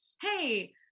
hey